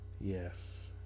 Yes